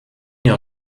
jahr